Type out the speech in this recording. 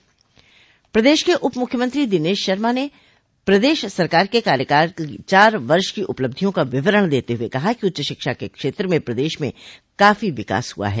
प्रदेश के उप मुख्यमंत्री दिनेश शर्मा ने प्रदेश सरकार के कार्यकाल की चार वर्ष की उपलब्धियों का विवरण देते हुए कहा कि उच्च शिक्षा के क्षेत्र में प्रदेश में काफी विकास हुआ है